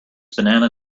banana